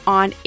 on